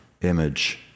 image